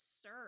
Sir